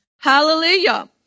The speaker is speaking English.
Hallelujah